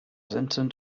intent